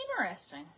Interesting